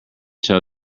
tell